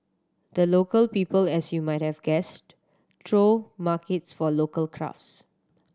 the Local People as you might have guessed throw markets for local crafts